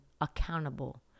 accountable